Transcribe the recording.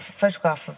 photograph